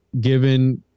given